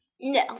No